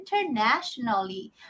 internationally